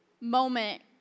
moment